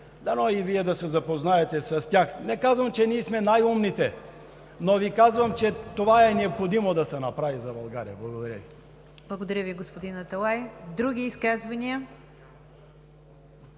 дано и Вие да се запознаете с тях. Не казвам, че ние сме най-умните, но Ви казвам, че това е необходимо да се направи за България. Благодаря Ви. ПРЕДСЕДАТЕЛ НИГЯР ДЖАФЕР: Благодаря Ви, господин Аталай. Други изказвания?